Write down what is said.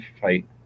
fight